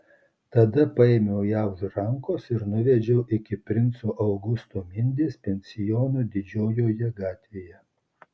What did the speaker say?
tada paėmiau ją už rankos ir nuvedžiau iki princo augusto mindės pensiono didžiojoje gatvėje